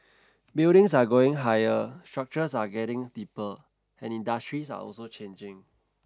buildings are going higher structures are getting deeper and industries are also changing